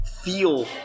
feel